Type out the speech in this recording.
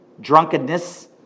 drunkenness